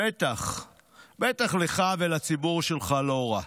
בטח לך ולציבור שלך לא רע,